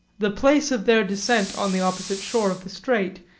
the place of their descent on the opposite shore of the strait,